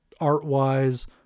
art-wise